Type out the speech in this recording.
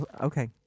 Okay